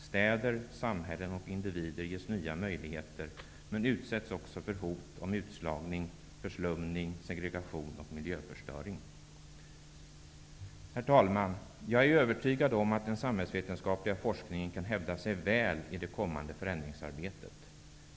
Städer, samhällen och individer ges nya möjligheter men utsätts också för hot om utslagning, förslumning, segregation och miljöförstöring. Herr talman! Jag är övertygad om att den samhällsvetenskapliga forskningen kan hävda sig väl i det kommande förändringsarbetet.